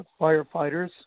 firefighters